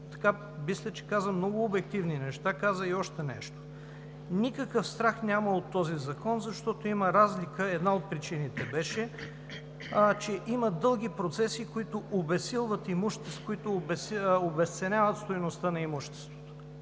думата, мисля, че каза много обективни неща, каза и още нещо. Никакъв страх няма от този закон, защото има разлика – една от причините беше, че има дълги процеси, които обезценяват стойността на имуществото.